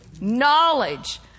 Knowledge